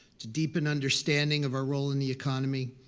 to deepen understanding of our role in the economy,